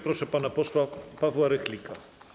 Proszę pana posła Pawła Rychlika.